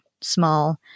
small